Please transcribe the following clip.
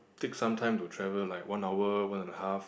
take some time to travel like one hour one and half